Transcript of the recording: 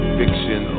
fiction